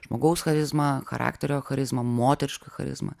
žmogaus charizmą charakterio charizmą moterišką charizmą